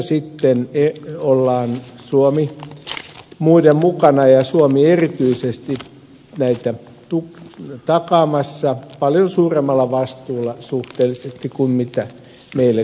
tässä sitten ollaan suomi muiden mukana ja suomi erityisesti näitä takaamassa suhteellisesti paljon suuremmalla vastuulla kuin meille kuuluisikaan